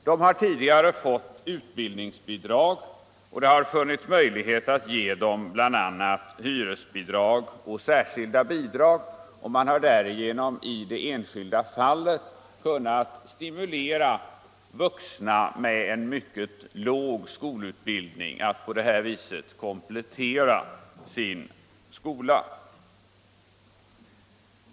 De har tidigare fått utbildningsbidrag, och det har funnits möjligheter att ge dem bl.a. hyresbidrag och särskilda bidrag. Därigenom har man i det enskilda fallet kunnat stimulera vuxna med en mycket låg skolutbildning att på det sättet komplettera sina kunskaper.